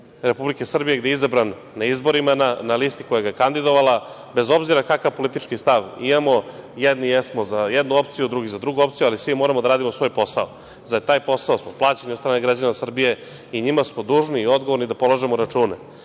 Republike Srbije, gde je izabran na izborima, na listi koja ga je kandidovala, bez obzira kakva politički stav imamo, jedni jesmo za jednu opciju, drugi za drugu, ali svi moramo da radimo svoj posao.Za taj posao smo plaćeni, od strane građana Srbije i njima smo dužni i odgovorni da polažemo račune,